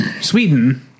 Sweden